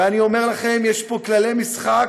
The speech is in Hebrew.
ואני אומר לכם, יש פה כללי משחק